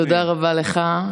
תודה רבה לך.